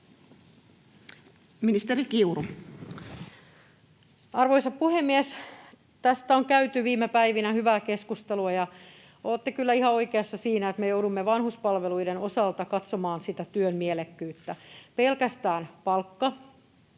Content: Arvoisa puhemies! Tästä on käyty viime päivinä hyvää keskustelua, ja olette kyllä ihan oikeassa siinä, että me joudumme vanhuspalveluiden osalta katsomaan sitä työn mielekkyyttä. Pelkästään palkka